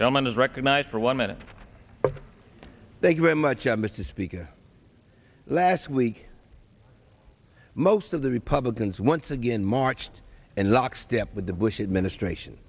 chairman is recognized for one minute thank you very much i mr speaker last week most of the republicans once again marched in lockstep with the bush administration